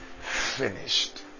finished